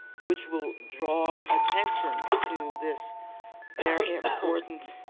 which will draw attention to this very important,